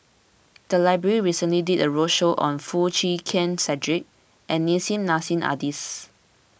the library recently did a roadshow on Foo Chee Keng Cedric and Nissim Nassim Adis